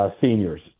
seniors